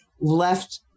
left